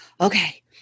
okay